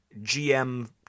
GM